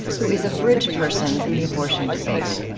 who is a bridge person in the abortion debate.